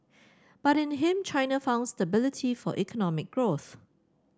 but in him China found stability for economic growth